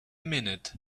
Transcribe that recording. minute